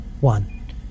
One